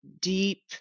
deep